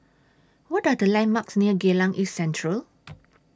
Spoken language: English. What Are The landmarks near Geylang East Central